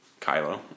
Kylo